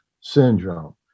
syndrome